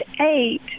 eight